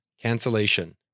Cancellation